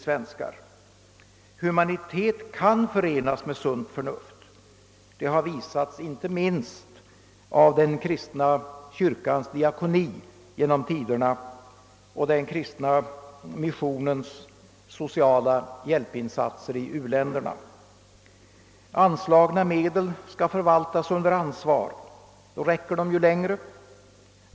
Humanitet kan förenas med sunt förnuft — det har genom tiderna visats inte minst av den kristna kyrkans diakoni och genom den kristna missionens hjälpinsatser i u-länderna. Anslagna medel skall förvaltas under ansvar — då räcker de ju längre.